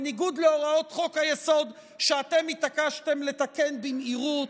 בניגוד להוראות חוק-היסוד שאתם התעקשתם לתקן במהירות,